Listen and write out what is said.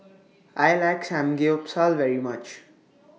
I like Samgeyopsal very much